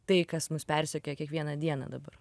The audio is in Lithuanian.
tai kas mus persekioja kiekvieną dieną dabar